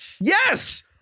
Yes